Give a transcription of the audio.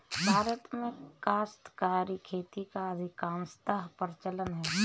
भारत में काश्तकारी खेती का अधिकांशतः प्रचलन है